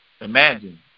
imagine